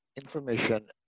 information